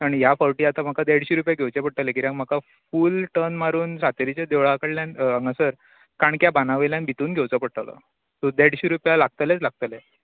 आनी ह्या फावटी आतां म्हाका देडशी रूपया घेवचे पडटले कित्याक म्हाका फुल टर्न मारून सातेरिच्या देवळा कडल्यान हांगासर काणक्या बांदा वयल्यान भितून घेवचो पडटलो सो देडशी रूपया लागतलेच लागतले